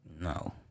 No